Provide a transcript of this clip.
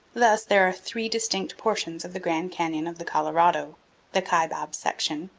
thus there are three distinct portions of the grand canyon of the colorado the kaibab section,